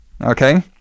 okay